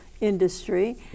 industry